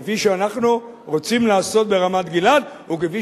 כפי שאנחנו רוצים לעשות ברמת-גלעד וכפי